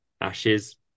ashes